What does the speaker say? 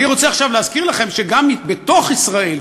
אני רוצה עכשיו להזכיר לכם שגם בתוך ישראל,